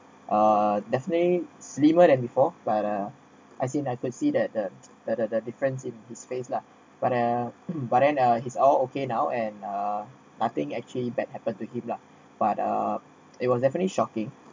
uh definitely slimmer than before but uh I seen I could see that the that the difference in his face lah but uh but then uh he's all okay now and uh nothing actually bad happens to keep lah but uh it was definitely shocking